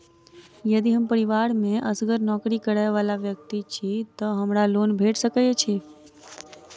यदि हम परिवार मे असगर नौकरी करै वला व्यक्ति छी तऽ हमरा लोन भेट सकैत अछि?